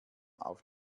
auf